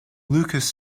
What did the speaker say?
lucas